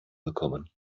bekommen